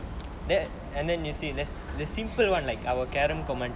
that and then you see let's the simple [one] like our karem commentary